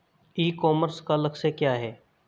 ई commerce का लक्ष्य क्या है?